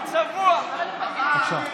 בבקשה.